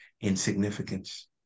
insignificance